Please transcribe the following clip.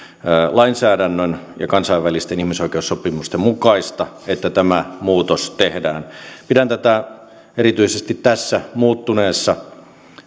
lainsäädännön ja kansainvälisten ihmisoikeussopimusten mukaista että tämä muutos tehdään pidän tätä erityisesti tässä muuttuneessa